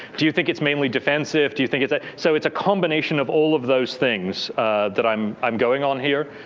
do you think it's mainly defensive? do you think it so it's a combination of all of those things that i'm i'm going on here.